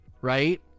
right